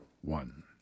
one